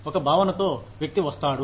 ఒక భావనతో వ్యక్తి వస్తాడు